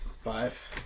Five